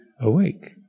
awake